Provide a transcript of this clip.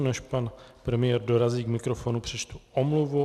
Než pan premiér dorazí k mikrofonu, přečtu omluvu.